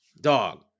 Dog